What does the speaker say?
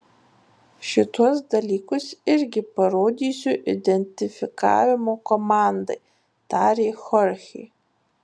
šituos dalykus irgi parodysiu identifikavimo komandai tarė chorchė